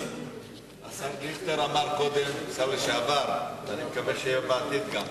השר לשעבר דיכטר, ואני מקווה שיהיה גם בעתיד,